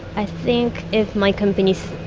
i think if my company